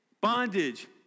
bondage